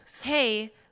Hey